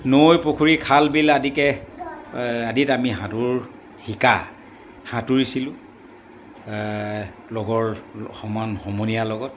নৈ পুখুৰী খাল বিল আদিকে আদিত আমি সাঁতোৰ শিকা সাঁতুৰিছিলোঁ লগৰ সমান সমনীয়াৰ লগত